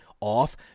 off